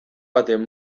baten